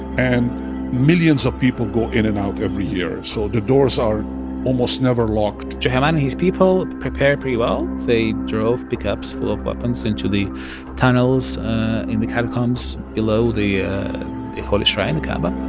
and millions of people go in and out every year. so the doors are almost never locked juhayman and his people prepared pretty well. they drove pick-ups full of weapons into the tunnels in the catacombs below the yeah the holy shrine, the kaaba